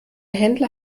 händler